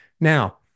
Now